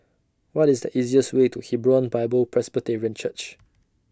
What IS The easiest Way to Hebron Bible Presbyterian Church